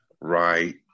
Right